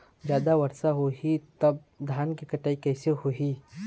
जादा वर्षा होही तब धान के कटाई कैसे होही?